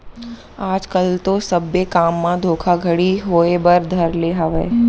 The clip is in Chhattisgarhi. आज कल तो सब्बे काम म धोखाघड़ी होय बर धर ले हावय